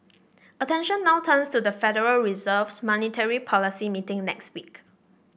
attention now turns to the Federal Reserve's monetary policy meeting next week